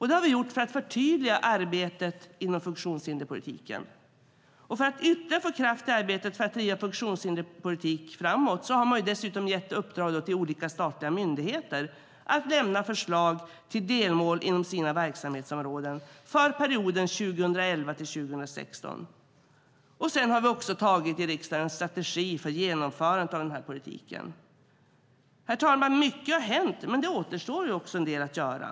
Det har vi gjort för att förtydliga arbetet inom funktionshinderspolitiken. För att ytterligare få kraft i arbetet för att driva funktionshinderspolitiken framåt har man dessutom gett i uppdrag till olika statliga myndigheter att lämna förslag till delmål inom sina verksamhetsområden för perioden 2011-2016. Sedan har vi i riksdagen också tagit en strategi för genomförandet av denna politik. Herr talman! Mycket har hänt, men det återstår en del att göra.